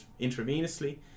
intravenously